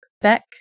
Beck